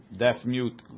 deaf-mute